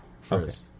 first